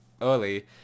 early